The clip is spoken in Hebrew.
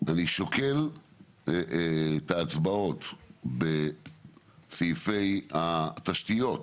אני שוקל את ההצבעות בסעיפי התשתיות.